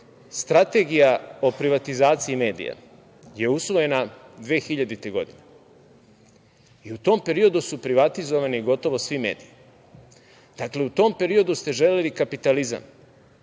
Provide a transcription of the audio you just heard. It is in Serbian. Strategija o privatizaciji medija je usvojena 2000. godine i u tom periodu su privatizovani gotovo svi mediji. Dakle, u tom periodu ste želeli kapitalizam.